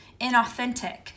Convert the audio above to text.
inauthentic